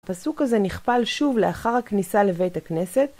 הפסוק הזה נכפל שוב לאחר הכניסה לבית הכנסת.